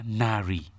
nari